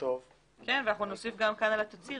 אנחנו נוסיף כאן לגבי התצהיר,